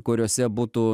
kuriose būtų